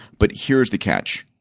but here is the catch.